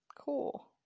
Cool